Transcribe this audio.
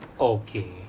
Okay